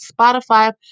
Spotify